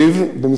יגנו עליהם,